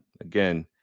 again